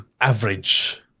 average